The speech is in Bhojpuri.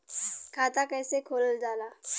खाता कैसे खोलल जाला?